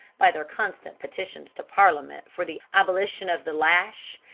by their constant petitions to parliament for the abolition of the lash,